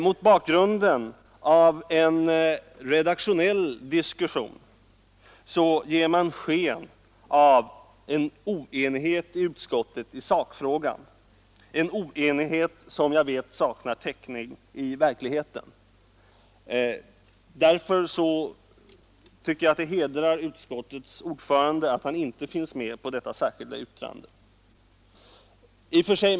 Mot bakgrund av en redaktionell diskussion ger man sken av oenighet i utskottet i sakfrågan — något som jag vet saknar inför kränkningar av mänskliga rättigheter täckning i verkligheten. Det hedrar utskottets ordförande att han inte varit med om det särskilda yttrandet.